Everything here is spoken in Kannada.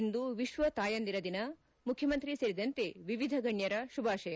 ಇಂದು ವಿಶ್ವ ತಾಯಂದಿರ ದಿನ ಮುಖ್ಯಮಂತ್ರಿ ಸೇರಿದಂತೆ ವಿವಿಧ ಗಣ್ಣರ ಶುಭಾಶಯ